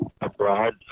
abroad